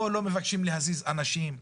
פה לא מבקשים להזיז אנשים,